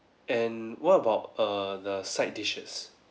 and what about err the side dishes